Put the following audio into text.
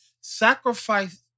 Sacrifice